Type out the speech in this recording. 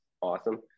awesome